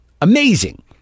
amazing